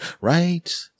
Right